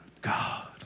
God